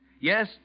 Yes